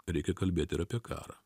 reikia kalbėti ir apie karą